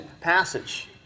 passage